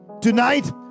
Tonight